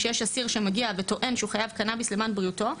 שיש אסיר שמגיע וטוען שהוא חייב קנביס למען בריאותו,